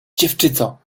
dziewczyco